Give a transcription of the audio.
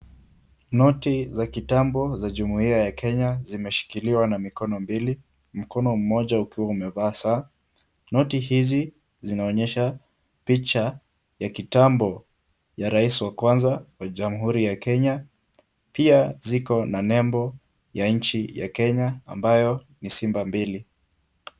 Noti za kitambo za jumuiya ya Kenya zimeshikiliwa na mikono mbili, mkono mmoja ukiwa umevaa saa. Noti hizi zinaonyesha picha ya kitambo ya rais wa kwanza wa Jamhuri ya Kenya, pia ziko na nembo ya nchi ya Kenya ambayo ni simba mbili.